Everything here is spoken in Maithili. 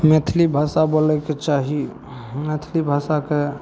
मैथिली भाषा बोलैके चाही मैथिली भाषाके